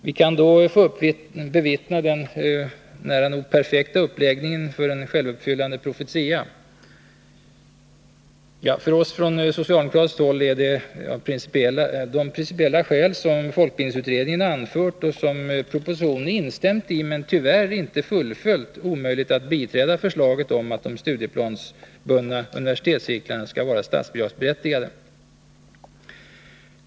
Vi kan då få bevittna den nära nog perfekta uppläggningen för en självuppfyllande profetia. För oss från socialdemokratiskt håll är det, av de principiella skäl som folkbildningsutredningen anfört och propositionen instämt i men tyvärr ej fullföljt, omöjligt att biträda förslaget att de studieplansbundna universitetscirklarna skall vara statsbidragsberättigade.